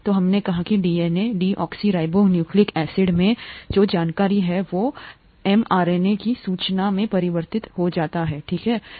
तो हमने कहा कि डीएनए डीऑक्सीराइबोन्यूक्लिक एसिड मैं जो जानकारी है वो mRNA में सूचना में परिवर्तित हो जाती है ठीक है